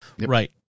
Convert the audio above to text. Right